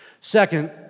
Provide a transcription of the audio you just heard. Second